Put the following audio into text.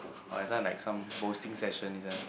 orh this one like some boasting session this one